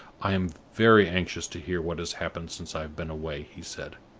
i am very anxious to hear what has happened since i have been away, he said.